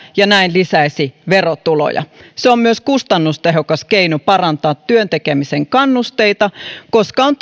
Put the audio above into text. ja näin lisäisi verotuloja se on myös kustannustehokas keino parantaa työn tekemisen kannusteita koska on